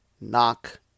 Knock